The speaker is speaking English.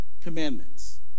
commandments